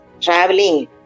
traveling